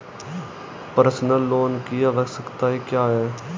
Personal loan की आवश्यकताएं क्या हैं?